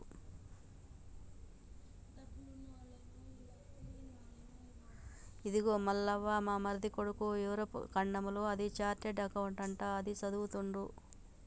ఇదిగో మల్లవ్వ మా మరిది కొడుకు యూరప్ ఖండంలో అది చార్టెడ్ అకౌంట్ అంట అది చదువుతుండు